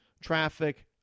traffic